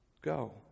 go